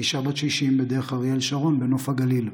אישה בת 60, בדרך אריאל שרון בנוף הגליל.